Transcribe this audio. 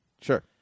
Sure